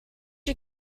you